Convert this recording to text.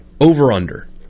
Over-Under